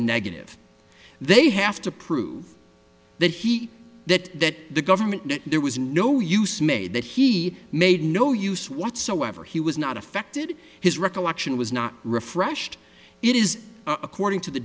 negative they have to prove that he that the government knew there was no use made that he made no use whatsoever he was not affected his recollection was not refresh it is according to the